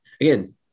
again